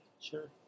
Sure